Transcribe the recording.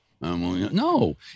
No